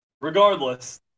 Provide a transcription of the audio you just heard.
regardless